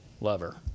lover